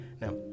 Now